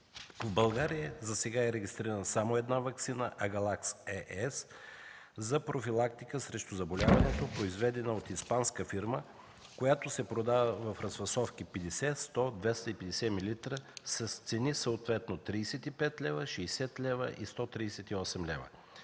В България засега е регистрирана само една ваксина –„Агалакс S” за профилактика срещу заболяването, произведена от испанска фирма, която се продава в разфасовки 50-100-250 милилитра с цени съответно – 35 лв., 60 лв. и 138 лв.